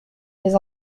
les